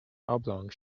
oblong